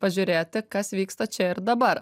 pažiūrėti kas vyksta čia ir dabar